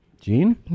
Gene